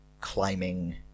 climbing